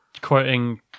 quoting